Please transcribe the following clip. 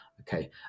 okay